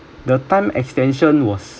the time extension was